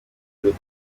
rwego